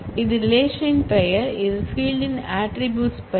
இது ரிலேஷன்ன் பெயர் இது ஃபீல்ட் ன் ஆட்ரிபூட்ஸ் பெயர்